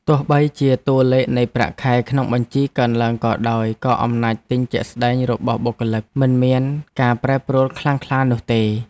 ទោះបីជាតួលេខនៃប្រាក់ខែក្នុងបញ្ជីកើនឡើងក៏ដោយក៏អំណាចទិញជាក់ស្តែងរបស់បុគ្គលិកមិនមានការប្រែប្រួលខ្លាំងក្លានោះទេ។